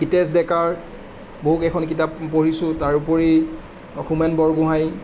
হিতেশ ডেকাৰ বহু কেইখন কিতাপ মই পঢ়িছোঁ তাৰোপৰি হোমেন বৰগোহাঁই